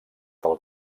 del